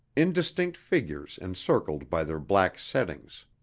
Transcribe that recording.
indistinct figures encircled by their black settings.